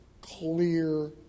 clear